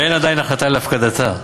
ואין עדיין החלטה על הפקדתה.